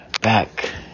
Back